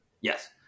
yes